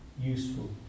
useful